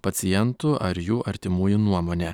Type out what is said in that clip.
pacientų ar jų artimųjų nuomone